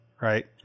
Right